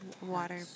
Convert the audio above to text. water